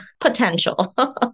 potential